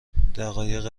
دقایق